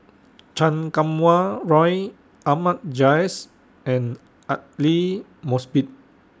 Chan Kum Wah Roy Ahmad Jais and Aidli Mosbit